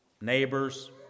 neighbors